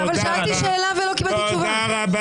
קארין אלהרר?